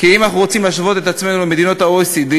כי אם אנחנו רוצים להשוות את עצמנו למדינות ה-OECD,